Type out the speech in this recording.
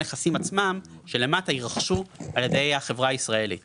הנכסים שלמטה יירכשו על ידי החברה הישראלית